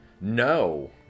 No